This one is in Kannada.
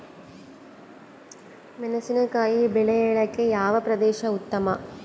ಮೆಣಸಿನಕಾಯಿ ಬೆಳೆಯೊಕೆ ಯಾವ ಪ್ರದೇಶ ಉತ್ತಮ?